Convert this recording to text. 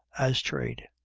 as trade.